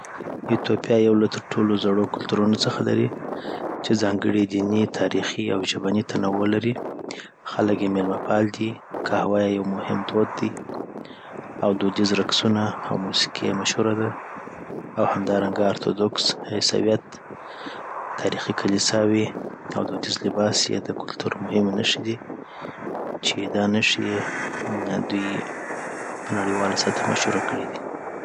ایتوپیا یو له تر ټولو زړو کلتورونو څخه لري، چې ځانګړی دیني، تاریخي او ژبنی تنوع لري. خلک یې میلمه‌پال دي، قهوه یې یو مهم دود دی، او دودیز رقصونه او موسیقي یې مشهوره ده. او همدارنګه ارتودوکس عیسویت، تاریخي کلیساوې،. او دودیز لباس یی د کلتور مهمې نښې دي چی دی نښی دوی په نړیواله سطحه مشهوره کړی دی